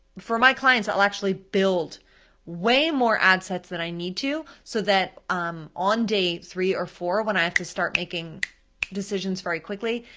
for my clients, i'll actually build way more ad sets than i need to so that um on day three or four when i have to start making decisions very quickly,